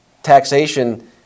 taxation